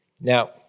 Now